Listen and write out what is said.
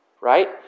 right